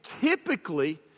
typically